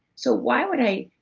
so why would i.